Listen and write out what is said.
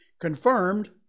confirmed